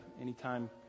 anytime